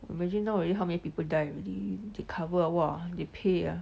imagine now already how many people die already they cover ah !wah! they pay ah